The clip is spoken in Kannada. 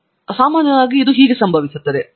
ಆದ್ದರಿಂದ ಸಾಮಾನ್ಯವಾಗಿ ಇದು ಹೇಗೆ ಸಂಭವಿಸುತ್ತದೆ